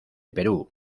perú